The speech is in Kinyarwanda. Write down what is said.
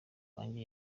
wanjye